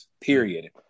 period